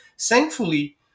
Thankfully